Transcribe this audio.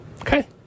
Okay